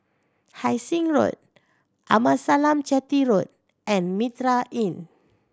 Hai Sing Road Amasalam Chetty Road and Mitraa Inn